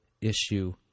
issue